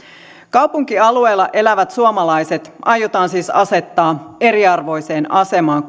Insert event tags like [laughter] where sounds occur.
kaupunkialueilla elävät suomalaiset aiotaan siis asettaa eriarvoiseen asemaan [unintelligible]